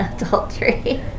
adultery